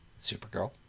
supergirl